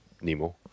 Nemo